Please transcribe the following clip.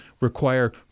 require